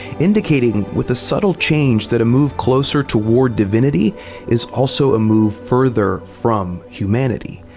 indicating, with a subtle change, that a move closer towards divinity is also a move further from humanity.